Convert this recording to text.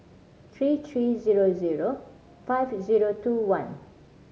three three zero zero five zero two one